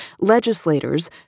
legislators